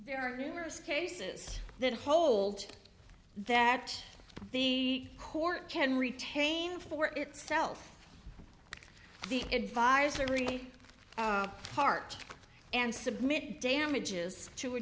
there are numerous cases that hold that the court can retain for itself the advisory part and submit damages to a